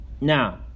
Now